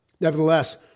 Nevertheless